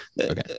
Okay